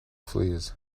fleas